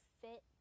fit